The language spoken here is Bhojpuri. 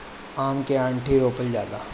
आम के आंठी रोपल जाला